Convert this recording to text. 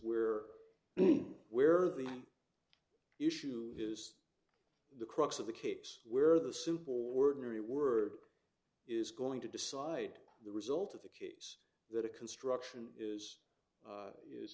where where the issue is the crux of the case where the simple word marry word is going to decide the result of the case that a construction is